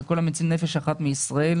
וכל המציל נפש אחת מישראל,